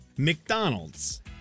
McDonald's